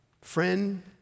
Friend